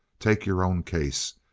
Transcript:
take your own case.